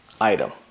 item